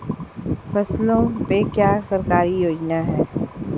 फसलों पे क्या सरकारी योजना है?